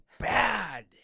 bad